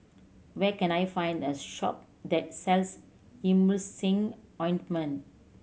where can I find a shop that sells Emulsying Ointment